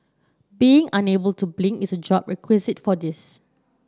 being unable to blink is a job requisite for this